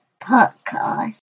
podcast